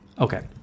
Okay